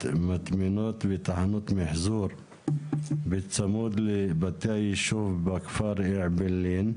מטמנות ותחנות מחזור בצמוד לבתי היושב בכפר אעבלין.